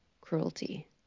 cruelty